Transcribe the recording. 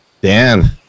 Dan